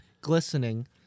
glistening